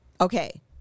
Okay